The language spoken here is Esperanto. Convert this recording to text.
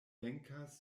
venkas